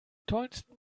tollsten